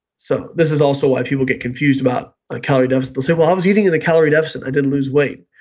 so this is also why people get confused about ah calorie deficit. they'll say, well, i was eating at and a calorie deficit, i didn't lose weight.